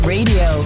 Radio